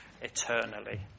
eternally